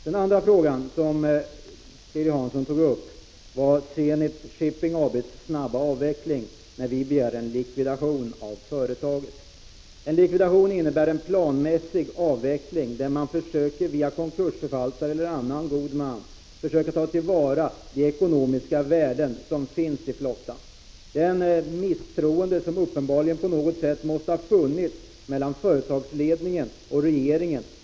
Den andra frågan som Lilly Hansson tog upp gällde Zenit Shipping AB:s snabba avveckling, där vi begär en likvidation av företaget. En likvidation innebär en planmässig avveckling, där man via konkursförvaltaren eller annan god man försöker ta till vara de ekonomiska värden som finns i flottan. Uppenbarligen måste det på något sätt ha funnits ett misstroende mellan företagsledningen och regeringen.